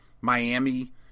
Miami